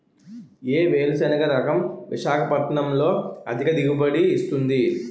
ఏ వేరుసెనగ రకం విశాఖపట్నం లో అధిక దిగుబడి ఇస్తుంది?